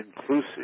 inclusive